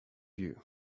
you